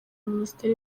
minisiteri